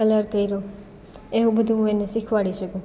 colour કર્યો એવું બધુ હું એને શિખવાડી શકું